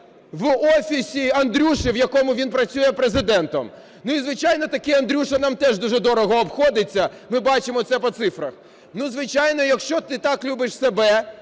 в офісі Андрюші, в якому він працює Президентом. Ну, і звичайно, такий Андрюша нам теж дуже дорого обходиться, ми бачимо це по цифрах. Ну, звичайно, якщо ти так любиш себе,